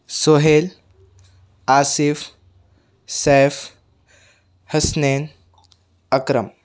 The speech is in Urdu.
سُہیل آصف سیف حسنین اکرم